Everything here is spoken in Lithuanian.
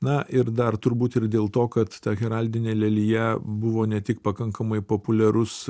na ir dar turbūt ir dėl to kad ta heraldinė lelija buvo ne tik pakankamai populiarus